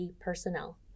personnel